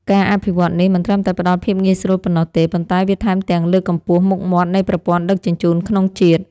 ការអភិវឌ្ឍន៍នេះមិនត្រឹមតែផ្ដល់ភាពងាយស្រួលប៉ុណ្ណោះទេប៉ុន្តែវាថែមទាំងលើកកម្ពស់មុខមាត់នៃប្រព័ន្ធដឹកជញ្ជូនក្នុងជាតិ។